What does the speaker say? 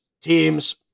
teams